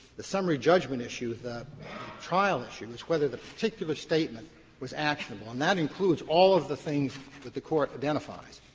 the summary judgment issue, the trial issue, is whether the particular statement was actionable and that includes all of the things that the court identifies.